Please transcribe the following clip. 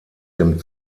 dem